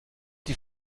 die